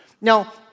Now